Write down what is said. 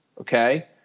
okay